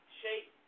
shape